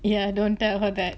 yeah don't tell her that